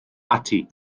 ati